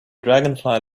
dragonfly